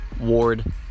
Ward